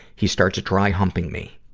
he starts dry humping me.